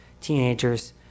teenagers